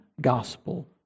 gospel